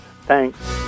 Thanks